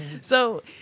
So-